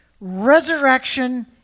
resurrection